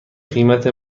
قیمت